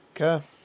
Okay